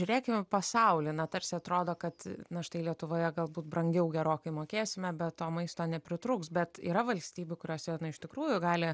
žiūrėkim į pasaulį na tarsi atrodo kad na štai lietuvoje galbūt brangiau gerokai mokėsime be to maisto nepritrūks bet yra valstybių kuriose iš tikrųjų gali